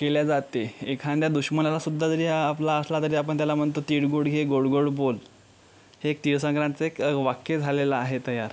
केल्या जाते एखाद्या दुश्मनालासुद्धा जरी आपला असला तरी आपण त्याला म्हणतो तिळगूळ घे गोड गोड बोल हे तीळ संक्रांतीचं एक वाक्य झालेलं आहे तयार